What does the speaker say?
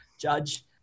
Judge